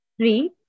three